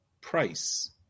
price